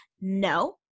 No